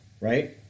right